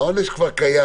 העונש כבר קיים.